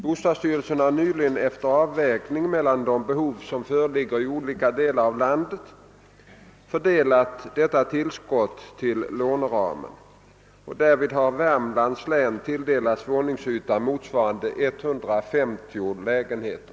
Bostadsstyrelsen har nyligen, efter avvägning mellan de behov som föreligger i olika delar av landet, fördelat detta tillskott till låneramen. Därvid har Värmlands län tilldelats våningsyta motsvarande 150 lägenheter.